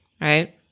right